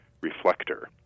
reflector